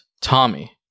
Tommy